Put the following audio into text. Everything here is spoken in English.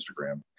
Instagram